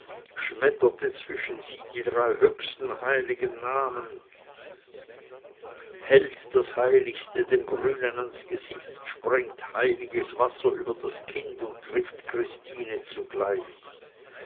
schmetterte zwischen sie die drei höchsten heiligen namen hält das heiligste dem grünen ans gesicht sprengt heiliges wasser über das kind und trifft christine zugleich